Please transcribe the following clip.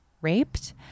raped